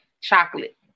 chocolate